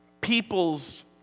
people's